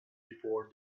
before